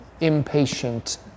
impatient